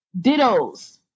dittos